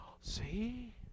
see